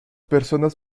personas